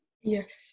Yes